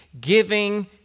giving